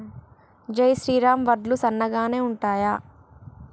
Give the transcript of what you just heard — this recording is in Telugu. జై శ్రీరామ్ వడ్లు సన్నగనె ఉంటయా?